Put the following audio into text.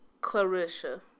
Clarissa